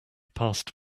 passed